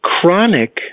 chronic